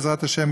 בעזרת השם,